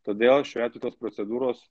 todėl šiuo atveju tos procedūros